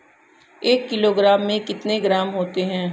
एक किलोग्राम में कितने ग्राम होते हैं?